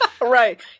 Right